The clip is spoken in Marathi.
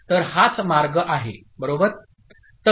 तर हाच मार्ग आहे बरोबर